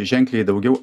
ženkliai daugiau